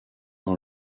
dans